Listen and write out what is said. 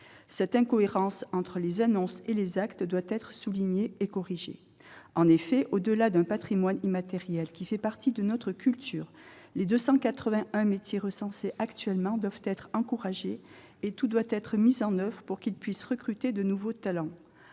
Cette incohérence entre les annonces et les actes doit être soulignée et corrigée. En effet, au-delà d'un patrimoine immatériel faisant partie de notre culture, les 281 métiers recensés actuellement doivent être encouragés et tout doit être mis en oeuvre pour qu'ils puissent recruter de nouveaux talents.